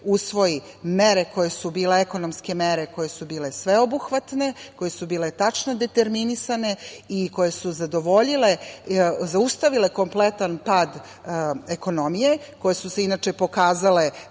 usvoji mere koje su bile ekonomske mere, koje su bile sveobuhvatne, koje su bile tačno determinisane i koje su zaustavile kompletan pad ekonomije, koje su se inače pokazale